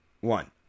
one